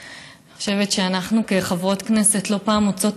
אני חושבת שאנחנו כחברות כנסת לא פעם מוצאות